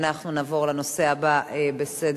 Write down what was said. אנחנו נעבור לנושא הבא בסדר-היום,